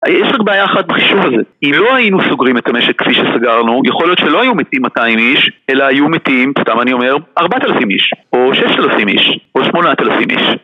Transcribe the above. יש רק בעיה אחת בחישוב הזה. אם לא היינו סוגרים את המשק כפי שסגרנו יכול להיות שלא היו מתים 200 איש אלא היו מתים, סתם אני אומר, 4,000 איש או 6,000 איש או 8,000 איש.